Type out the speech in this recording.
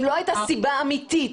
אם לא הייתה סיבה אמיתית,